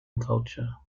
culture